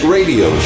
Radio